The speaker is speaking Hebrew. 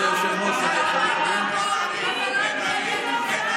לא, לא, כבוד היושב-ראש, אני יכול לדבר?